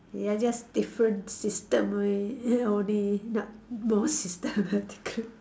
they are just different system only err only not more systematical